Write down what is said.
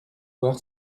voir